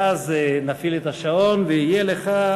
ואז נפעיל את השעון ויהיה לך,